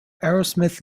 aerosmith